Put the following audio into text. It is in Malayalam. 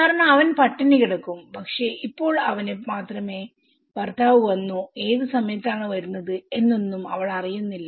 കാരണം അവൻ പട്ടിണി കിടക്കും പക്ഷേ ഇപ്പോൾ അവന് മാത്രമേഭർത്താവ് വന്നോഏത് സമയത്താണ് വരുന്നത് എന്നൊന്നും അവൾ അറിയുന്നില്ല